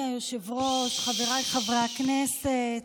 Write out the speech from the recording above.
היושב-ראש, חבריי חברי הכנסת,